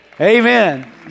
Amen